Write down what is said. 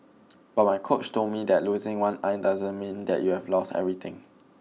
but my coach told me that losing one eye doesn't mean that you've lost everything